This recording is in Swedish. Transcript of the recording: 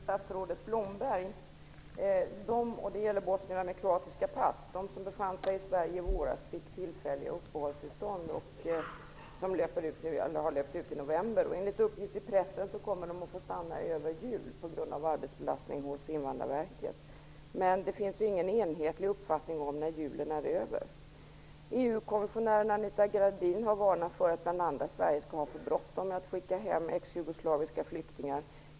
Herr talman! Jag har en fråga till statsrådet Blomberg som gäller bosnierna med kroatiska pass. De bosnier med kroatiska pass som befann sig i Sverige i våras fick tillfälliga uppehållstillstånd, som har löpt ut nu i november. Enligt uppgifter i pressen kommer de att få stanna över jul på grund av arbetsbelastningen hos Invandrarverket. Det finns emellertid ingen enhetlig uppfattning om när julen är över. EU-kommissionären Anita Gradin har varnat bl.a. Sverige för att ha för bråttom med att skicka hem exjugoslaviska flyktingar.